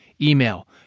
email